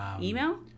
Email